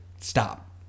stop